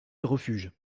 refuge